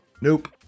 nope